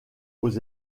aux